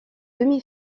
demi